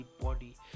body